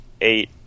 eight